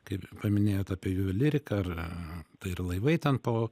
kaip paminėjot apie juvelyriką ar tai ir laivai ten po